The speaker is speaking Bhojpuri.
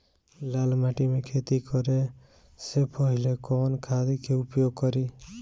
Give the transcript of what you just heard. लाल माटी में खेती करे से पहिले कवन खाद के उपयोग करीं?